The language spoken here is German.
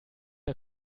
der